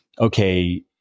okay